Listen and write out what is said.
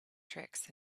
tricks